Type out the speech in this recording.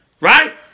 Right